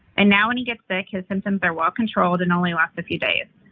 and now when he gets sick, his symptoms are well controlled and only last a few days.